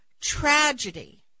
tragedy